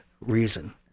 reason